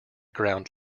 ground